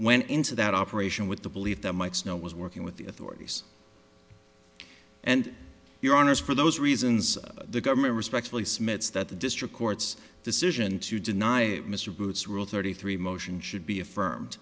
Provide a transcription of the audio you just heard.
went into that operation with the belief that might snow was working with the authorities and your honors for those reasons the government respectfully smits that the district court's decision to deny mr good's rule thirty three motion should be affirm